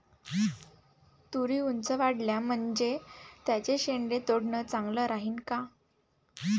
तुरी ऊंच वाढल्या म्हनजे त्याचे शेंडे तोडनं चांगलं राहीन का?